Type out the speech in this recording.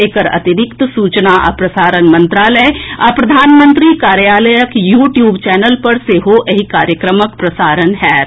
एकर अतिरिक्त सूचना आ प्रसारण मंत्रालय आ प्रधानमंत्री कार्यालयक यू ट्यूब चैनल पर सेहो एहि कार्यक्रमक प्रसारण होयत